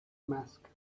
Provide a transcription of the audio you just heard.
mask